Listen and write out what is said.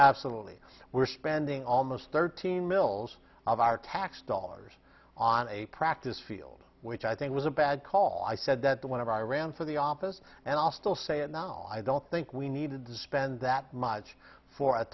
absolutely we're spending almost thirteen mils of our tax dollars on a practice field which i think was a bad call i said that the one of i ran for the office and i'll still say it now i don't think we needed to spend that much for a